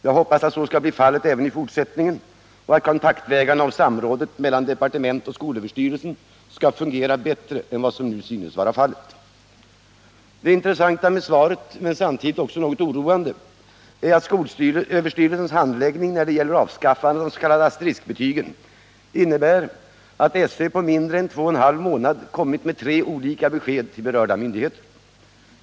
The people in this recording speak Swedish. Jag hoppas att så skall bli fallet även i fortsättningen och att kontaktvägarna och samrådet mellan departementet och skolöverstyrelsen skall fungera bättre än vad som nu synes vara fallet. Det intressanta med svaret - men samtidigt något oroande — är att skolöverstyrelsens handläggning när det gäller avskaffandet av de s.k. asteriskbetygen innebär, att SÖ på mindre än två och en halv månad kommit med tre olika besked till berörda myndigheter.